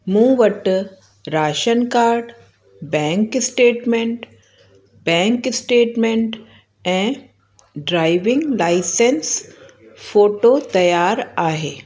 मूं वटि ration card bank statement bank statement ऐं ड्राइविंग लाइसंस फोटो तयारु आहे